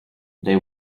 they